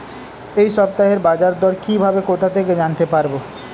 এই সপ্তাহের বাজারদর কিভাবে কোথা থেকে জানতে পারবো?